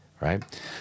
right